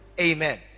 Amen